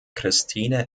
christine